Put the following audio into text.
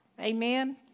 Amen